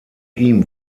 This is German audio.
ihm